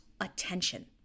attention